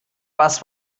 was